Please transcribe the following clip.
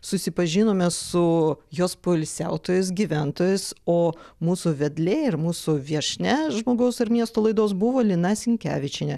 susipažinome su jos poilsiautojais gyventojais o mūsų vedlė ir mūsų viešnia žmogaus ir miesto laidos buvo lina sinkevičienė